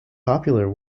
popular